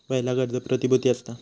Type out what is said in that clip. पयला कर्ज प्रतिभुती असता